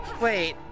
Wait